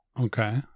Okay